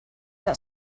that